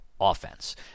offense